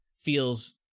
feels